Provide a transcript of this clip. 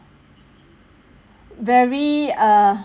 very err